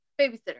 Babysitter